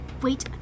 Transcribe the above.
Wait